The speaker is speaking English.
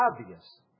obvious